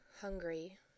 hungry